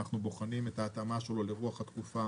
אנחנו בוחנים את ההתאמה שלו לרוח התקופה